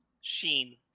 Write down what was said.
sheen